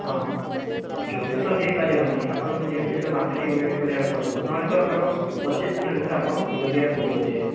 ହଁ ହଁ ଜଲ୍ଦି ତ ହେଇପାରିବନି ଆପଣଙ୍କୁ ଯେମିତି ହେଲେ ମାସେଟି ୱେଟ୍ କରିବାକୁ ପଡ଼ିବ ନହେଲେ ତ ଆମର ପଚିଶ୍ ଦିନ ଭିତରେ ଆପଣ ଜଗିବାକୁ ପଡ଼ିବ ଯେହେତୁ